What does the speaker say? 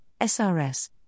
SRS